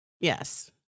Yes